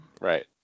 Right